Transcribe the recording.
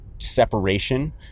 separation